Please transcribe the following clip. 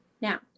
Now